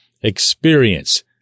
experience